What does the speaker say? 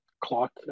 clock